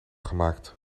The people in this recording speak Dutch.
gemaakt